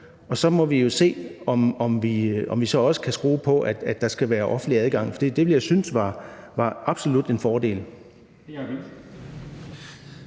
og så må vi se, om vi så også kan skrue på, at der skal være offentlig adgang, for det ville jeg synes var absolut en fordel.